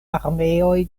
armeoj